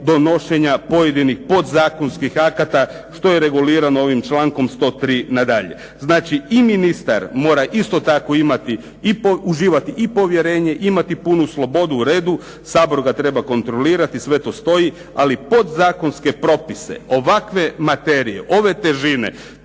donošenja pojedinih podzakonskih akata što je regulirano ovim člankom 103. na dalje. Znači, i ministar mora isto tako uživati i povjerenje imati puno slobodu uredu, Sabor ga treba kontrolirati, sve to stoji. Ali podzakonske propise ovakve materije, ove težine